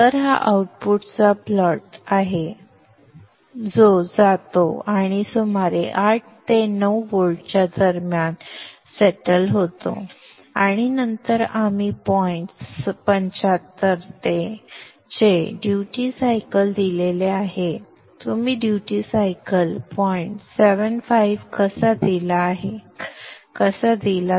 तर हा आउटपुटचा प्लॉट आहे जो जातो आणि सुमारे 8 ते 9 व्होल्ट्सच्या दरम्यान सेटल होतो आणि नंतर आपण पॉइंट 75 चे ड्यूटी सायकल दिले आहे तुम्ही ड्युटी सायकल पॉइंट 7 5 कसा दिला